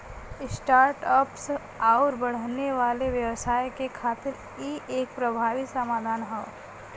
start ups आउर बढ़ने वाले व्यवसाय के खातिर इ एक प्रभावी समाधान हौ